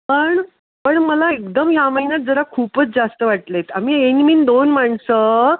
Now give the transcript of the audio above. पण पण मला एकदम ह्या महिन्यात जरा खूपच जास्त वाटलेत आम्ही इन मीन दोन माणसं